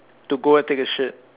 to go take a shit